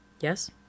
Yes